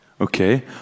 Okay